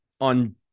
on